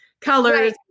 colors